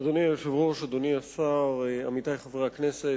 אדוני היושב-ראש, אדוני השר, עמיתי חברי הכנסת,